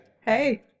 Hey